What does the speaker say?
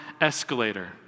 escalator